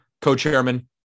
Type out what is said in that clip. Co-chairman